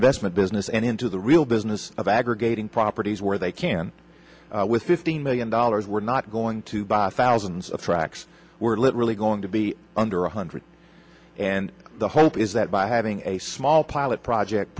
investment business and into the real business of aggregating properties where they can with fifteen million dollars we're not going to buy thousands of tracks we're literally going to be under one hundred and the hope is that by having a small pilot project